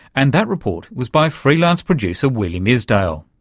and that report was by freelance producer william isdale.